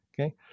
Okay